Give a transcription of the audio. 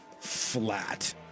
flat